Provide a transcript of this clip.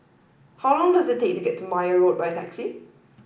how long does it take to get to Meyer Road by taxi